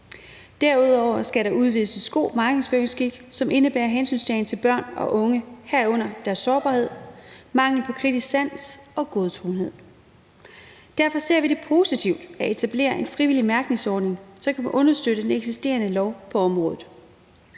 Derudover skal der udvises god markedsføringsskik, som indebærer hensyntagen til børn og børn, herunder deres sårbarhed, mangel på kritisk sans og godtroenhed. Derfor ser vi positivt på at etablere en frivillig mærkningsordning, som kan understøtte den eksisterende lov på området.